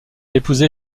épousé